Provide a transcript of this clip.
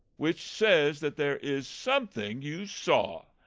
which says that there is something you saw,